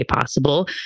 possible